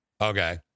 Okay